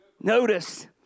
Notice